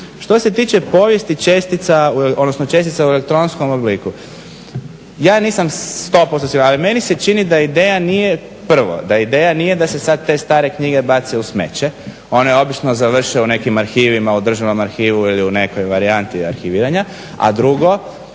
Što se tiče povijesti čestica u elektronskom obliku. Ja nisam 100% siguran ali meni se čini da ideja nije prvo, da ideja nije da se sad te stare knjige bace u smeće. One obično završe u nekim arhivima, u državnom arhivu ili u nekoj varijanti arhiviranja. A drugo